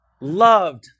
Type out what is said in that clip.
loved